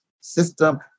system